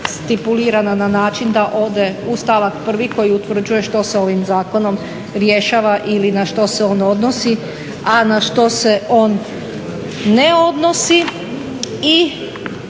stipulirana na način da ode u stavak 1. koji utvrđuje što se ovim zakonom rješava ili na što se on odnosi, a na što se on ne odnosi.